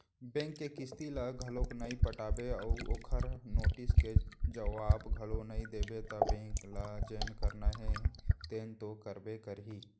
bank के किस्ती ल घलोक नइ पटाबे अउ ओखर नोटिस के जवाब घलोक नइ देबे त बेंक ल जेन करना हे तेन तो करबे करही